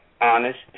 honest